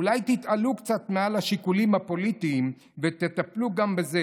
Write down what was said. אולי תתעלו קצת מעל השיקולים הפוליטיים ותטפלו גם בזה?